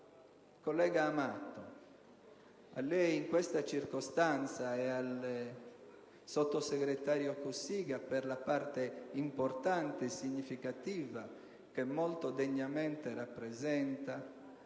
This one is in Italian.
collega Amato, in questa circostanza a lei e al sottosegretario Cossiga, per la parte importante e significativa che molto degnamente rappresenta,